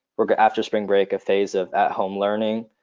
or but after spring break, a phase of at-home learning,